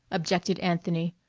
objected anthony,